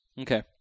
Okay